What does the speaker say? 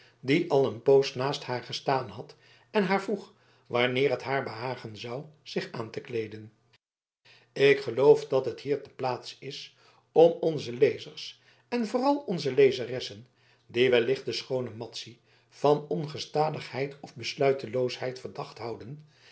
die al een poos naast haar gestaan had en haar vroeg wanneer het haar behagen zou zich aan te kleeden ik geloof dat het hier de plaats is om onze lezers en vooral onze lezeressen die wellicht de schoone madzy van ongestadigheid of besluiteloosheid verdacht houden